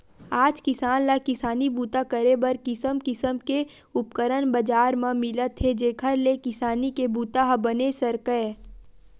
आज किसान ल किसानी बूता करे बर किसम किसम के उपकरन बजार म मिलत हे जेखर ले किसानी के बूता ह बने सरकय